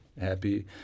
happy